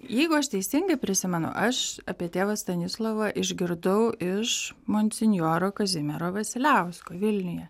jeigu aš teisingai prisimenu aš apie tėvą stanislovą išgirdau iš monsinjoro kazimiero vasiliausko vilniuje